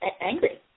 angry